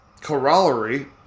corollary